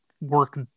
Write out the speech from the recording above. work